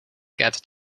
get